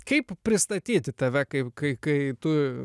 kaip pristatyti tave kaip kai tu